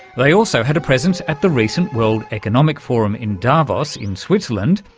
they also had a presence at the recent world economic forum in davos in switzerland,